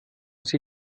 sie